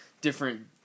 different